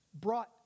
brought